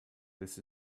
this